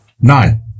Nine